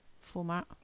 format